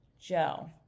Joe